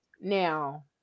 now